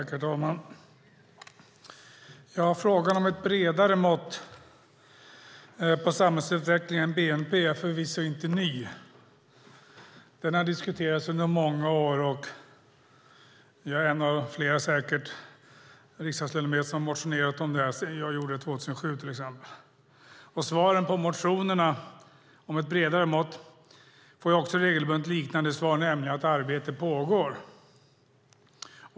Herr talman! Frågan om ett bredare mått på samhällsutvecklingen än bnp är förvisso inte ny. Den har diskuterats under många år. Jag är en av säkert flera riksdagsledamöter som har motionerat om detta. Jag gjorde det till exempel 2007. Svaren på motionerna om ett bredare mått får också regelbundet liknande svar, nämligen att arbete pågår.